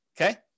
Okay